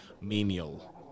menial